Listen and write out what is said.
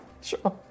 Sure